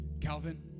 Calvin